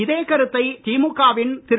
இதே கருத்தை திமுக வின் திரு